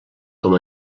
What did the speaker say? com